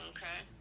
Okay